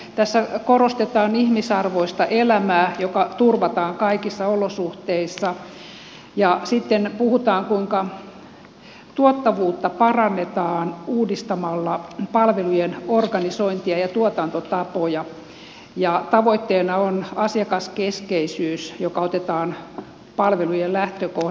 tässä korostetaan ihmisarvoista elämää joka turvataan kaikissa olosuhteissa ja sitten puhutaan kuinka tuottavuutta parannetaan uudistamalla palvelujen organisointia ja tuotantotapoja ja tavoitteena on asiakaskeskeisyys joka otetaan palvelujen lähtökohdaksi